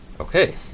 Okay